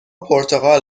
پرتقال